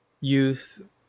youth